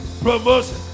promotion